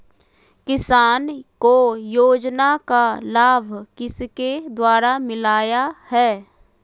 किसान को योजना का लाभ किसके द्वारा मिलाया है?